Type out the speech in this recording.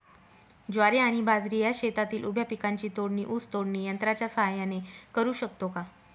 ज्वारी आणि बाजरी या शेतातील उभ्या पिकांची तोडणी ऊस तोडणी यंत्राच्या सहाय्याने करु शकतो का?